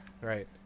Right